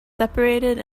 separated